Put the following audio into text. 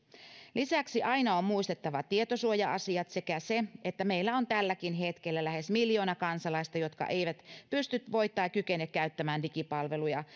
lisäksi aina on muistettava tietosuoja asiat sekä se että meillä on tälläkin hetkellä lähes miljoona kansalaista jotka eivät pysty voi tai kykene käyttämään digipalveluja